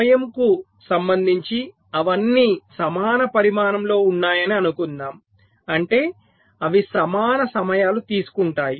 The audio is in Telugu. సమయం కు సంబంధించి అవన్నీ సమాన పరిమాణంలో ఉన్నాయని అనుకుందాం అంటే అవి సమాన సమయాలు తీసుకుంటాయి